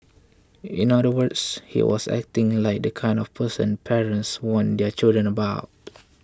in other words he was acting like the kind of person parents warn their children about